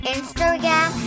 Instagram